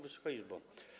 Wysoka Izbo!